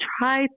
try